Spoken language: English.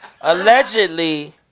Allegedly